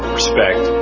respect